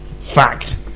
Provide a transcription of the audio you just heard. Fact